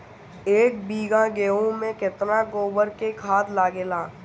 एक बीगहा गेहूं में केतना गोबर के खाद लागेला?